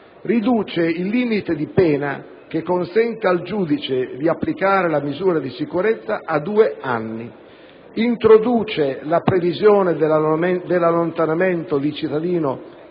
riduce il limite di pena che consente al giudice di applicare la misura di sicurezza a due anni, introduce la previsione dell'allontanamento di cittadino